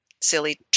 silly